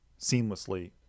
seamlessly